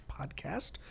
podcast